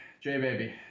J-Baby